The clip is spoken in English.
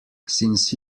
since